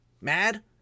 mad